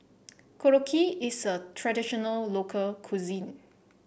Korokke is a traditional local cuisine